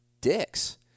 dicks